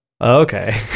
okay